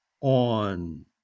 on